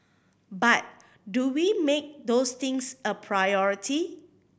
but do we make those things a priority